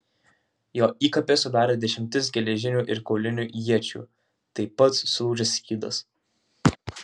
jo įkapes sudarė dešimtis geležinių ir kaulinių iečių taip pat sulūžęs skydas